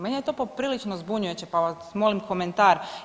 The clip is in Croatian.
Meni je to poprilično zbunjujuće pa vas molim komentar.